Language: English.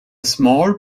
small